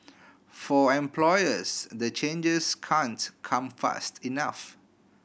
for employers the changes can't come fast enough